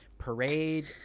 parade